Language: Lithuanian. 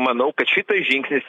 manau kad šitas žingsnis